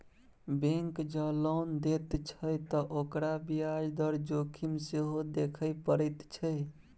bank जँ loan दैत छै त ओकरा ब्याज दर जोखिम सेहो देखय पड़ैत छै